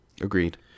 Agreed